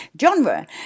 genre